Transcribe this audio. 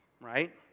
right